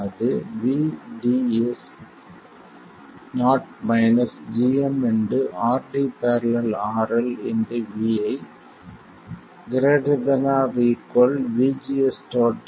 அது VDS0 gmRD║ RL vi ≥ VGS